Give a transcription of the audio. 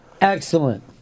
Excellent